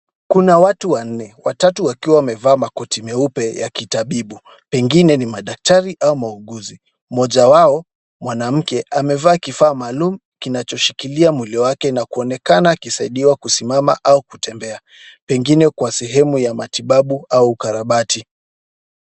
Kuna watu wanne, watatu wakiwa wamevaa makoti meupe ya kitabibu, pengine ni madaktari au mauguzi. Mmoja wao mwanamke amevaa kifaa maalum kinachoshikilia mwili wake na kuonekana akisaidiwa kusimama au kutembea, pengine kwa sehemu ya matibabu au ukarabati.